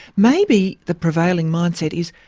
maybe the prevailing mindset is,